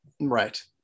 Right